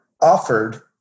offered